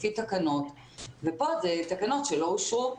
לפי תקנות וכאן אלה תקנות שלא אושרו.